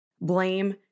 blame